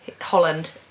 Holland